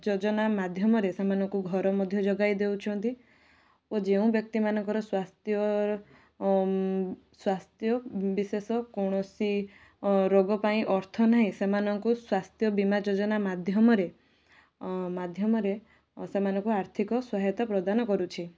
ଯୋଜନା ମାଧ୍ୟମରେ ସେମାନଙ୍କୁ ଘର ମଧ୍ୟ ଯୋଗାଇ ଦେଉଛନ୍ତି ଓ ଯେଉଁ ବ୍ୟକ୍ତିମାନଙ୍କର ସ୍ୱାସ୍ଥ୍ୟ ସ୍ୱାସ୍ଥ୍ୟ ବିଶେଷ କୌଣସି ରୋଗ ପାଇଁ ଅର୍ଥ ନାହିଁ ସେମାନଙ୍କୁ ସ୍ୱାସ୍ଥ୍ୟ ବୀମା ଯୋଜନା ମାଧ୍ୟମରେ ମାଧ୍ୟମରେ ସେମାନଙ୍କୁ ଆର୍ଥିକ ସହାୟତା ପ୍ରଦାନ କରୁଛି